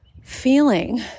feeling